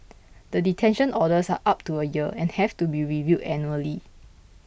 the detention orders are up to a year and have to be reviewed annually